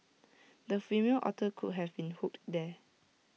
the female otter could have been hooked there